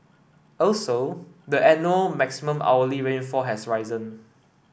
also the maximum hourly rainfall has risen